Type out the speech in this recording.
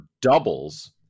doubles